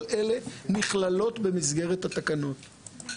כל אלה נכללות במסגרת התקנות.